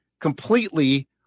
completely